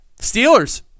Steelers